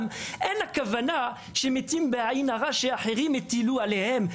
הכוונה לכך שהם מתים מעין הרע שאחרים הטילו עליהם,